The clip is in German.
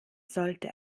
sollte